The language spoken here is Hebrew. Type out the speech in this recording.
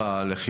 שביל הצפון.